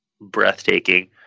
breathtaking